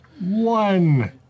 One